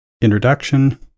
Introduction